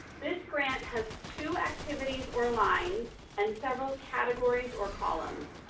this grant has two activities, or lines, and several categories, or columns.